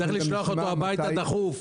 צריך לשלוח אותו הביתה באופן דחוף.